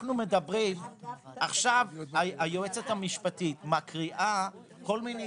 עכשיו היועצת המשפטית מקריאה כל מיני